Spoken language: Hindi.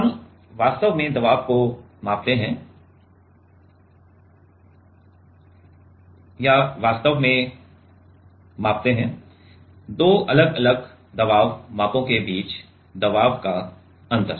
हम वास्तव में दबाव को मापते हैं या वास्तव में मापते हैं दो अलग अलग दबाव मापों के बीच दबाव का अंतर